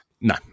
No